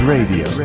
Radio